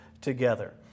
together